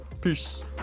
Peace